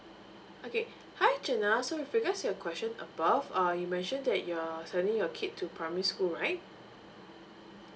okay hi janelle so with regards to your question above uh you mentioned that you are sending your kid to primary school right